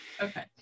okay